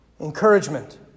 Encouragement